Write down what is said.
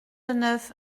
neuf